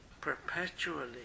perpetually